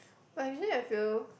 but actually have you